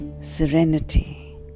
serenity